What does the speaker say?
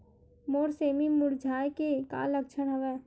मोर सेमी मुरझाये के का लक्षण हवय?